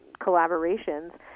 collaborations